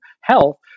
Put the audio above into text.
health